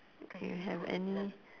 you have any